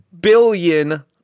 billion